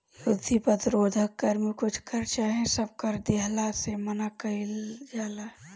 युद्ध प्रतिरोध कर में कुछ कर चाहे सब कर देहला से मना कईल जाला